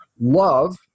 Love